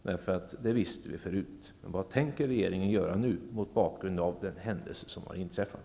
Det visste vi förut. Men vad tänker regeringen göra nu, mot bakgrund av den händelse som har inträffat?